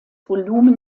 volumen